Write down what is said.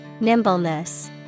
Nimbleness